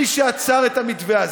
מי שעצר את המתווה הזה,